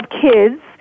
kids